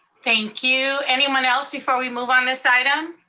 thank you. anyone else before we move on this item?